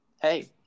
Hey